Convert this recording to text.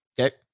Okay